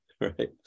right